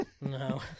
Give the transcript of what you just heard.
No